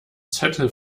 zettel